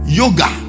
yoga